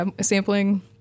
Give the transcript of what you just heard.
sampling